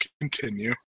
continue